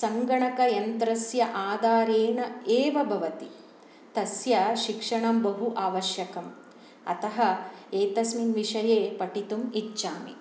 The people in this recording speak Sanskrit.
सङ्गणकयन्त्रस्य आधारेण एव भवति तस्य शिक्षणं बहु आवश्यकम् अतः एतस्मिन् विषये पठितुम् इच्छामि